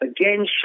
again